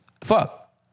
Fuck